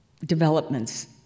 developments